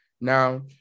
Now